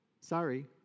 Sorry